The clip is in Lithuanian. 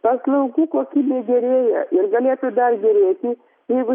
paslaugų kokybė gerėja ir galėtų dar gerėti jeigu